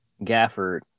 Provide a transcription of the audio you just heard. Gafford